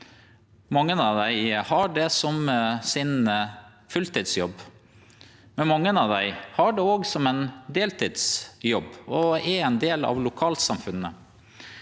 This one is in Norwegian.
Mange av dei har det som sin fulltidsjobb, men mange av dei har det òg som ein deltidsjobb, og er ein del av lokalsamfunnet.